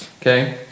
Okay